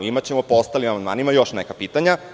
Imaćemo po ostalim amandmanima još neka pitanja.